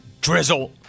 drizzle